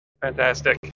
Fantastic